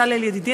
בצלאל ידידי,